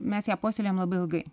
mes ją puoselėjom labai ilgai